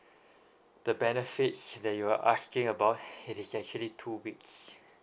the benefits that you're asking about it is actually two weeks